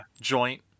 joint